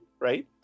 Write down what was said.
right